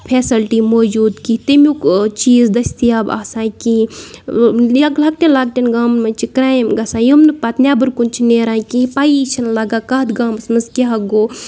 facility موجوٗد کینٛہہ تیٚمیُک چیٖز دٔستیاب آسان کینٛہہ یا لۄکٹٮ۪ن لۄکٹٮ۪ن گامَن منٛز چھِ کَرٛایِم گژھان یِم نہٕ پَتہٕ نٮ۪بر کُن چھِ نیران کینٛہہ پَییی چھِنہٕ لَگان کَتھ گامَس منٛز کیٛاہ گوٚو